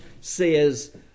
says